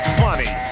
funny